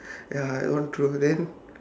ya then